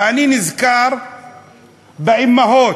ואני נזכר באימהות,